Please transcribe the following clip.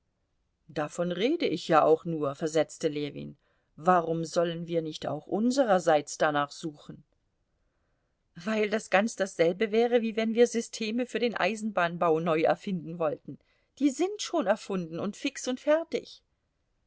davon rede ich ja auch nur versetzte ljewin warum sollen wir nicht auch unsrerseits danach suchen weil das ganz dasselbe wäre wie wenn wir systeme für den eisenbahnbau neu erfinden wollten die sind schon erfunden und fix und fertig